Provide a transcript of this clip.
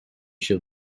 się